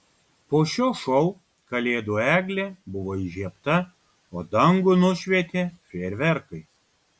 po šio šou kalėdų eglė buvo įžiebta o dangų nušvietė fejerverkai